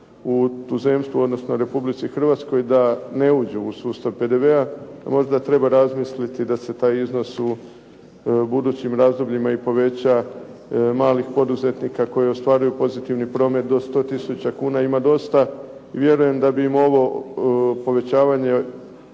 u tuzemstvu odnosno Republici Hrvatskoj da ne uđu u sustav PDV-a. Možda treba razmisliti da se taj iznos u budućim razdobljima poveća malih poduzetnika koji ostvaruju pozitivni promet do 100 tisuća kuna, ima dosta. I vjerujem da bi im ovo povećavanje